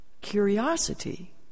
curiosity